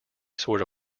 sort